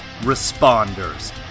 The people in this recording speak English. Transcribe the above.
responders